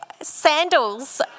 sandals